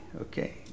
okay